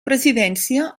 presidència